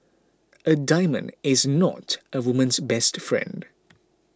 a diamond is not a woman's best friend